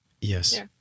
Yes